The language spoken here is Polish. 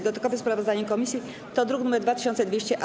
Dodatkowe sprawozdanie komisji to druk nr 2200-A.